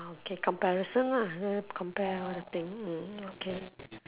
ah okay comparison lah compare all the thing mm okay